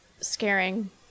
scaring